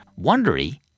Wondery